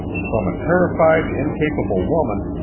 from a terrified, incapable woman,